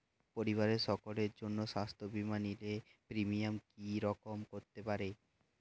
পরিবারের সকলের জন্য স্বাস্থ্য বীমা নিলে প্রিমিয়াম কি রকম করতে পারে?